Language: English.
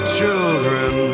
children